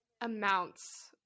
amounts